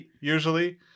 usually